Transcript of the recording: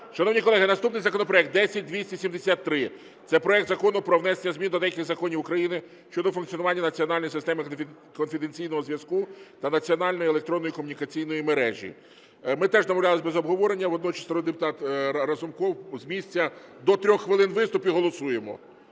Шановні колеги, наступний законопроект 10273. Це проект закону про внесення змін до деяких законів України щодо функціонування Національної системи конфіденційного зв'язку та Національної електронної комунікаційної мережі. Ми теж домовлялися без обговорення, водночас народний депутат Разумков – з місця, до 3 хвилин виступ, і голосуємо.